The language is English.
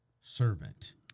servant